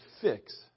fix